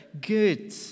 good